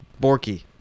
Borky